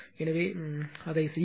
எனவே அதைச் செய்யுங்கள்